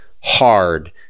hard